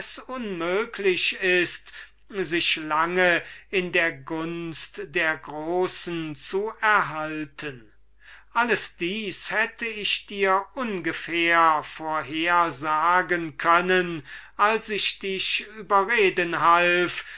unmöglich ist sich lange in der gunst der großen zu erhalten auch kenne ich den hof nicht welcher wert wäre einen agathon an seiner spitze zu haben das alles hätte ich dir ungefähr vorher sagen können als ich dich überreden half